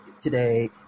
today